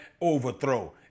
overthrow